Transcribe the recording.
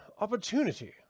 opportunity